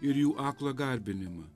ir jų aklą garbinimą